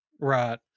right